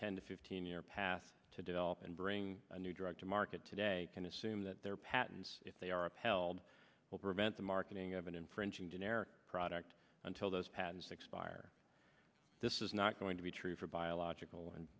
ten to fifteen year path to develop and bring a new drug to market today can assume that their patents if they are upheld will prevent the marketing of an infringing dinero product until those patents expire this is not going to be true for biological and